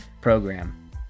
program